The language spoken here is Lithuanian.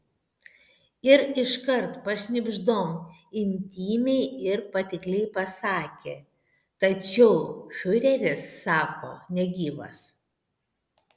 ir iškart pašnibždom intymiai ir patikliai pasakė tačiau fiureris sako negyvas